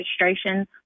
registration